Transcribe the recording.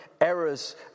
errors